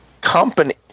Company